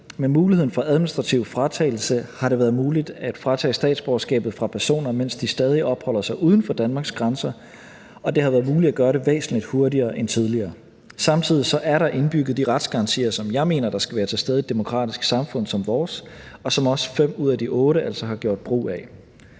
Med muligheden for administrativ fratagelse har det været muligt at tage statsborgerskabet fra personer, mens de stadig opholder sig uden for Danmarks grænser, og det har været muligt at gøre det væsentlig hurtigere end tidligere. Samtidig er der indbygget de retsgarantier, som jeg mener skal være til stede i et demokratisk samfund som vores, og som også fem ud af de otte altså har gjort brug af.